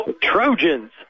Trojans